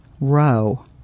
Row